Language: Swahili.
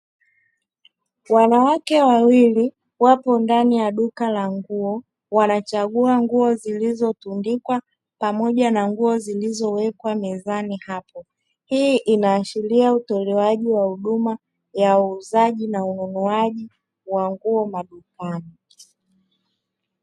Wanawake wawili wapo ndani ya duka la nguo, wanachagua nguo zilizotundikwa pamoja na nguo zilizowekwa mezani hapo. Hii inaashiria utolewaji wa huduma ya uuzaji na ununuaji wa nguo madukani.